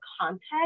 context